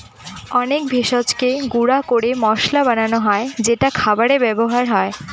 অনেক ভেষজকে গুঁড়া করে মসলা বানানো হয় যেটা খাবারে ব্যবহার করা হয়